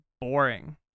boring